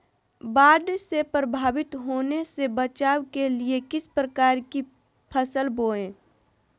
बाढ़ से प्रभावित होने से बचाव के लिए किस प्रकार की फसल बोए?